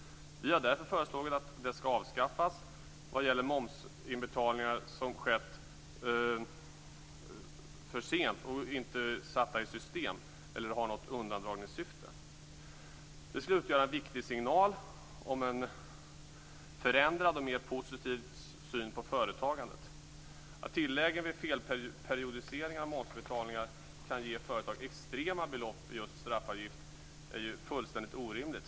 Vi har därför föreslagit att de skall avskaffas när det gäller momsinbetalningar som har skett för sent. Det gäller inte förseningar som är satta i system eller där det finns något undandragningssyfte. Detta skulle utgöra en viktig signal om en förändrad och mer positiv syn på företagandet. Att tilläggen vid felperiodiseringar av momsbetalningar kan ge företag extrema belopp i just straffavgift är fullständigt orimligt.